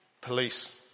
police